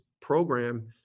program